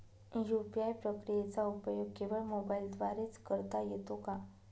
UPI प्रक्रियेचा उपयोग केवळ मोबाईलद्वारे च करता येतो का?